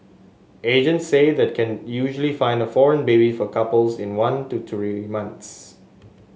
agents say that can usually find a foreign baby for couples in one to three months